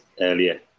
earlier